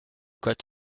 code